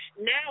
now